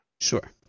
Sure